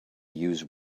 use